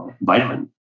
vitamin